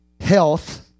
health